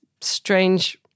strange